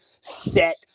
set